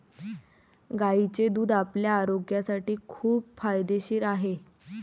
गायीचे दूध आपल्या आरोग्यासाठी खूप फायदेशीर आहे